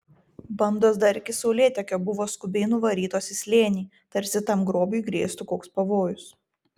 bandos dar iki saulėtekio buvo skubiai nuvarytos į slėnį tarsi tam grobiui grėstų koks pavojus